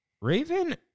raven